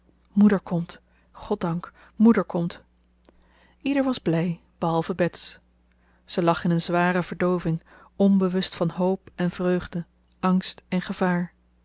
moeder komt goddank moeder komt ieder was blij behalve bets ze lag in een zware verdooving onbewust van hoop en vreugde angst en gevaar